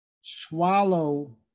swallow